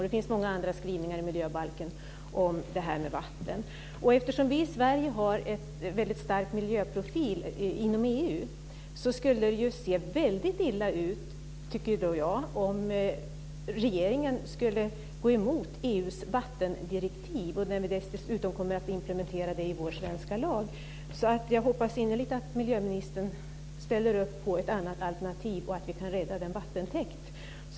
Det finns många andra skrivningar i miljöbalken om detta med vatten. Eftersom vi i Sverige har en stark miljöprofil inom EU skulle det se väldigt illa ut, tycker jag, om regeringen skulle gå emot EU:s vattendirektiv. Vi kommer dessutom att implementera det i vår svenska lag. Jag hoppas innerligt att miljöministern ställer upp på ett annat alternativ och att vi kan rädda denna vattentäkt.